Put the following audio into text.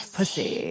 Pussy